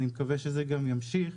אני מקווה שזה גם ימשיך.